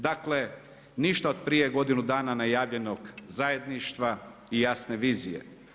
Dakle, ništa od prije godinu dana najavljenog zajedništva i jasne vizije.